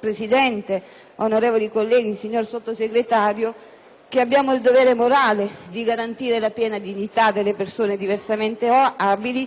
Presidente, onorevoli colleghi, signor Sottosegretario, che abbiamo il dovere morale di garantire la piena dignità delle persone diversamente abili